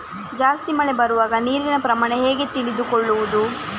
ಜಾಸ್ತಿ ಮಳೆ ಬರುವಾಗ ನೀರಿನ ಪ್ರಮಾಣ ಹೇಗೆ ತಿಳಿದುಕೊಳ್ಳುವುದು?